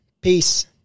Peace